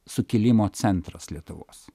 sukilimo centras lietuvos